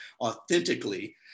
authentically